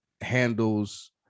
handles